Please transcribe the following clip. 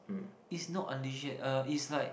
it's not unleashed yet uh it's like